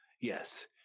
yes